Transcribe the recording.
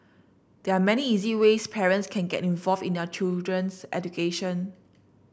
there are many easy ways parents can get involved in their children's education